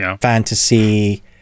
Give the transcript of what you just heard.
fantasy